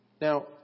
Now